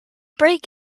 break